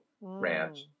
ranch